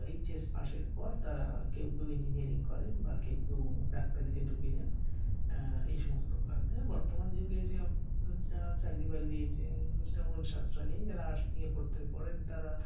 HS পাসের পর তারা কেউ কেউ ইঞ্জিনিয়ারিং করেন বা কেউ কেউ ডাক্তারিতে ঢুকে যান এই সমস্ত কারণে বর্তমান যুগে এই যে যা চাকরি বাকরি এই তেমন সাশ্রয় নেই যারা আর্টস নিয়ে পড়তে পড়েন তারা